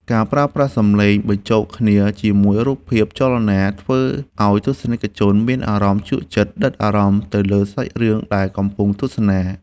ការប្រើប្រាស់សំឡេងបញ្ចូលគ្នាជាមួយរូបភាពចលនាធ្វើឱ្យទស្សនិកជនមានអារម្មណ៍ជក់ចិត្តដិតអារម្មណ៍ទៅលើសាច់រឿងដែលកំពុងទស្សនា។